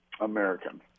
American